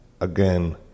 again